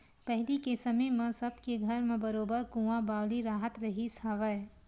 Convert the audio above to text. पहिली के समे म सब के घर म बरोबर कुँआ बावली राहत रिहिस हवय